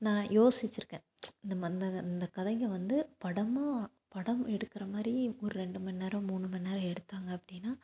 நான் யோசிச்சுருக்கேன் இந்த மாதிரி இந்த கதைங்க வந்து படமு படம் எடுக்கிற மாதிரி ஒரு ரெண்டு மணி நேரம் மூணு மணி நேரம் எடுத்தாங்க அப்படின்னா